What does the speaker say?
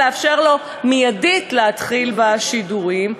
לאפשר לו מיידית להתחיל בשידורים.